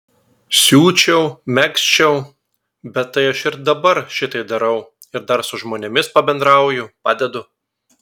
siūčiau megzčiau bet tai aš ir dabar šitai darau ir dar su žmonėms pabendrauju padedu